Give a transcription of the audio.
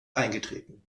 eingetreten